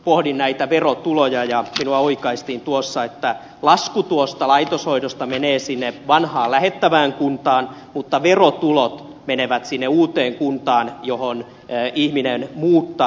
pohdin näitä verotuloja ja minua oikaistiin tuossa että lasku tuosta laitoshoidosta menee sinne vanhaan lähettävään kuntaan mutta verotulot menevät sinne uuteen kuntaan johon ihminen muuttaa